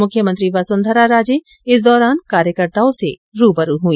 मुख्यमंत्री वसुंधरा राजे इस दौरान कार्यकर्ताओं से रुबरु हुई